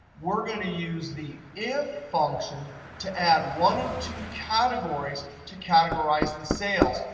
we're going to use the if function to add one or two categories to categorize the sales.